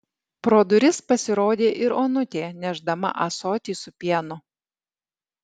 pro duris pasirodė ir onutė nešdama ąsotį su pienu